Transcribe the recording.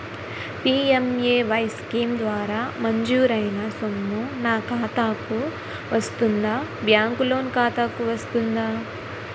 PMAY scheme ద్వారా మంజూరైన సొమ్ము నా ఖాతా కు వస్తుందాబ్యాంకు లోన్ ఖాతాకు వస్తుందా?